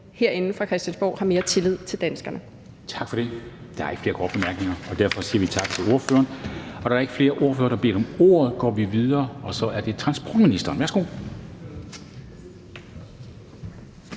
Formanden (Henrik Dam Kristensen): Tak for det. Der er ikke flere korte bemærkninger, og derfor siger vi tak til ordføreren. Da der ikke er flere ordførere, der har bedt om ordet, går vi videre, og så er det transportministeren. Værsgo.